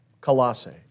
Colossae